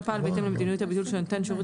לא פעל בהתאם למדיניות הביטול של נותן שירות